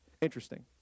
interesting